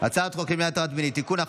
הצעת חוק למניעת הטרדה מינית (תיקון,